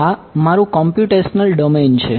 આ મારું computational domain છે